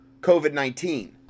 COVID-19